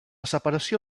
separació